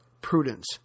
prudence